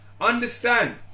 Understand